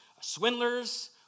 swindlers